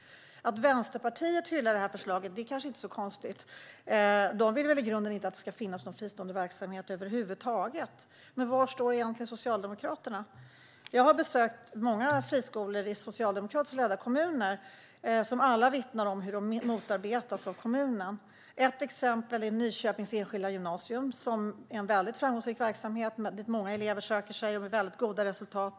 Att Vänsterpartiet hyllar förslaget är kanske inte så konstigt. De vill väl i grunden inte att det ska finnas någon fristående verksamhet över huvud taget. Men var står egentligen Socialdemokraterna? Jag har besökt många friskolor i socialdemokratiskt ledda kommuner. Dessa skolor vittnar alla om hur de motarbetas av kommunen. Ett exempel är Nyköpings Enskilda Gymnasium som är en framgångsrik verksamhet dit många elever söker sig och där man har goda resultat.